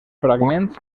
fragments